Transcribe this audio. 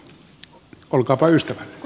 olkaapa ystävällinen